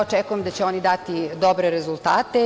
Očekujem da će oni dati dobre rezultate.